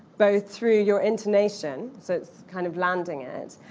both through your intonation, so it's kind of landing it.